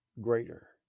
greater